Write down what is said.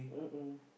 mmhmm